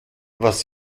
was